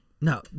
No